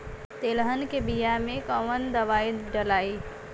तेलहन के बिया मे कवन दवाई डलाई?